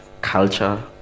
culture